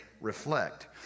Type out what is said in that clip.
reflect